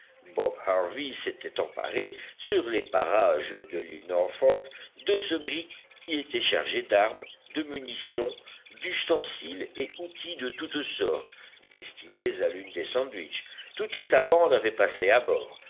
harvey s'était emparé sur les parages de l'île norfolk de ce brick qui était chargé d'armes de munitions d'ustensiles et outils de toutes sortes destinés à l'une des sandwich toute sa bande avait passé à bord